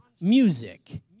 music